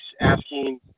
asking